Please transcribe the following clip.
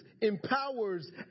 empowers